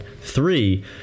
Three